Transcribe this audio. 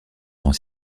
grand